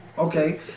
Okay